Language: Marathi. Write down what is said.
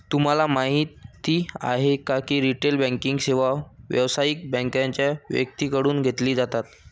तुम्हाला माहिती आहे का की रिटेल बँकिंग सेवा व्यावसायिक बँकांच्या व्यक्तींकडून घेतली जातात